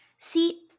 See